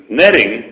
netting